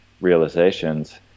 realizations